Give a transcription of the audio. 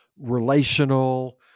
relational